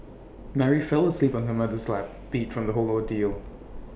Mary fell asleep on her mother's lap beat from the whole ordeal